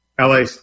LA